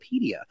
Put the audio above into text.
Wikipedia